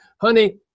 honey